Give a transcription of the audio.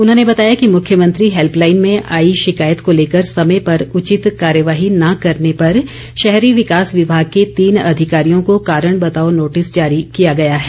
उन्होंने बताया कि मुख्यमंत्री हैल्पलाईन में आई शिकायत को ैलेकर समय पर उचित कार्यवाही न करने पर शहरी विकास विभाग के तीन अधिकारियों को कारण बताओ नोटिस जारी किया है